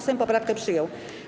Sejm poprawkę przyjął.